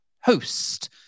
host